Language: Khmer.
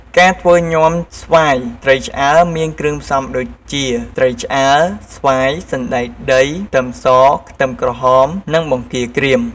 ការធ្វើញាំស្វាយត្រីឆ្អើរមានគ្រឿងផ្សុំដូចជា ត្រីឆ្អើរ ស្វាយ សណ្តែកដី ខ្ទឹមស ខ្ទឹមក្រហម និងបង្គារក្រៀម។